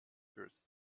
first